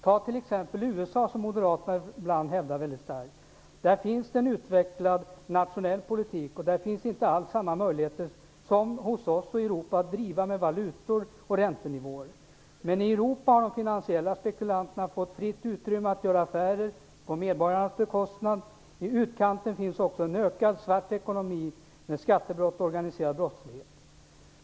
Ta t.ex. USA, som moderaterna ibland hävdar väldigt starkt. Där finns det en utvecklad nationell politik, och där finns inte alls samma möjligheter som hos oss och i Europa att driva med valutor och räntenivåer. Men i Europa har de finansiella spekulanterna fått fritt utrymme att göra affärer på medborgarnas bekostnad. I utkanten finns också en ökad svart ekonomi med skattebrott och organiserad brottslighet.